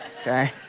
okay